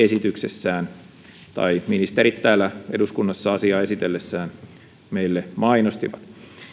esityksessään tai ministerit täällä eduskunnassa asiaa esitellessään meille mainostivat